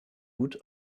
gut